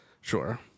Sure